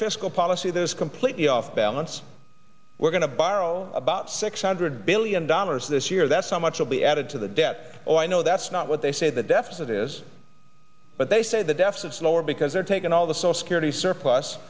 fiscal policy that is completely off balance we're going to borrow about six hundred billion dollars this year that's how much will be added to the death oh i know that's not what they say the deficit is but they say the deficits lower because they're taking all the so security surplus